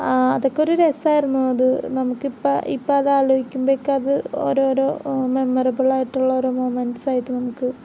അതൊക്കെ ഒരു രസമായിരുന്നു അത് നമുക്ക് ഇപ്പം ഇപ്പം അത് ആലോചിമ്പോഴേക്കും അത് ഓരോരോ മെമറബിളായിട്ടുള്ള ഓരോ മൊമെൻസ് ആയിട്ട് നമുക്ക്